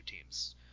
teams